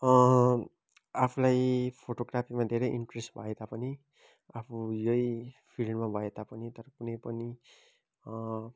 आफुलाई फोटोग्राफीमा धेरै इन्ट्रेस्ट भए तापनि आफु यही फिल्डमा भए तापनि तर कुनै पनि